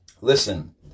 Listen